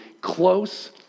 close